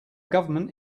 government